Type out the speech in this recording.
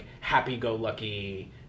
happy-go-lucky